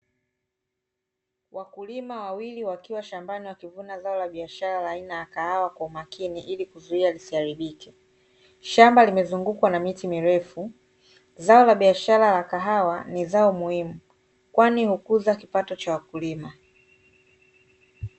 Wakulima wawili wakiwa shambani wakivuna zao la biashara la aina ya kahawa kwa umakini ili kuzuia lisiharibike. Shamba limezungukwa na miti mirefu, zao la biashara la kahawa ni zao muhimu kwani hukuza kipato cha wakulima.